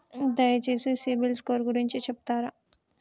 దయచేసి CIBIL score గురించి చెప్తరా?